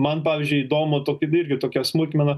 man pavyzdžiui įdomu tokį virgį tokia smulkmena